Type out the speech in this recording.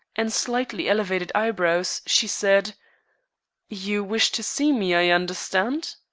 and slightly elevated eyebrows, she said you wish to see me, i understand?